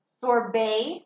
Sorbet